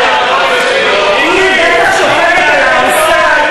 היא בטח שוכבת על הערסל,